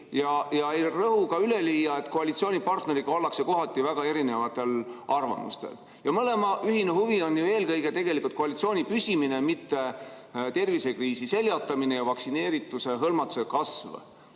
ja ei rõhu ka üleliia. Koalitsioonipartneriga ollakse kohati väga erinevatel arvamustel, aga mõlema ühine huvi on eelkõige koalitsiooni püsimine, mitte tervisekriisi seljatamine ja vaktsineeritusega hõlmatuse kasv.